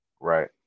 Right